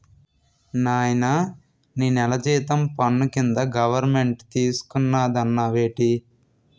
నాయనా నీ నెల జీతం పన్ను కింద గవరమెంటు తీసుకున్నాదన్నావేటి